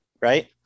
right